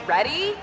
Ready